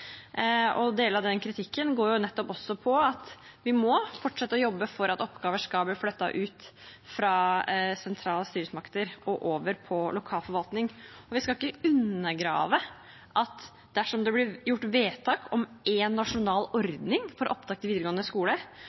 Deler av den kritikken går nettopp på at vi må fortsette å jobbe for at oppgaver skal bli flyttet ut fra sentrale styresmakter og over til lokal forvaltning. Vi skal ikke underslå at dersom det blir gjort vedtak om en nasjonal ordning for opptak til videregående skole,